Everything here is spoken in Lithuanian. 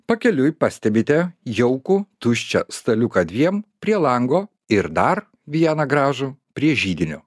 pakeliui pastebite jaukų tuščią staliuką dviem prie lango ir dar vieną gražų prie židinio